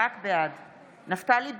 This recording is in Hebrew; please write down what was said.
בעד נפתלי בנט,